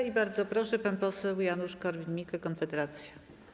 I bardzo proszę, pan poseł Janusz Korwin-Mikke, Konfederacja.